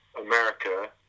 america